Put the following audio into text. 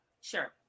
Sure